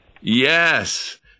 Yes